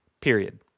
period